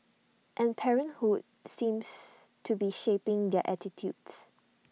and parenthood seems to be shaping their attitudes